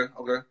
okay